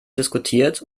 diskutiert